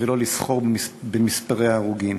ולא לסחור במספרי ההרוגים.